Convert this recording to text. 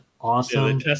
Awesome